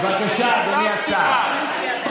בבקשה, אדוני השר.